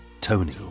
Tony